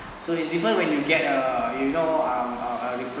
so it's different when you get uh you know um uh a re~